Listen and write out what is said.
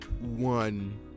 one